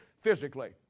physically